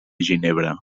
ginebra